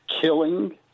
killing